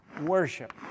worship